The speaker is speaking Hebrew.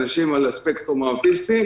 על אנשים על הספקטרום האוטיסטי.